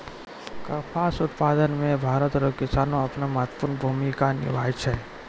कपास उप्तादन मे भरत रो किसान अपनो महत्वपर्ण भूमिका निभाय छै